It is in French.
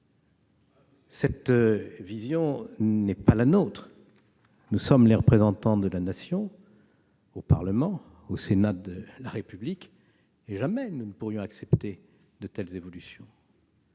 Cette vision n'est pas la nôtre ! Nous sommes les représentants de la Nation au Parlement, au Sénat de la République, et jamais nous ne pourrons l'accepter. Nous